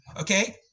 okay